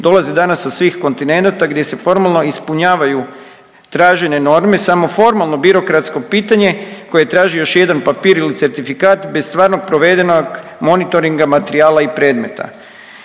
dolaze danas sa svih kontinenata gdje se formalno ispunjavaju tražene norme, samo formalno birokratsko pitanje koje traži još jedan papir ili certifikat bez stvarno provedenog monitoringa materijala i predmeta.